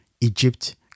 Egypt